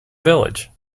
village